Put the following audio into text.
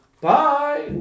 bye